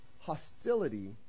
hostility